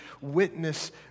witness